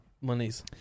monies